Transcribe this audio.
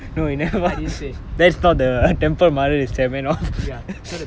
they just revealed the temple third temple right I didn't say